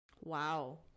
wow